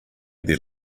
their